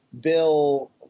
Bill